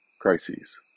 crises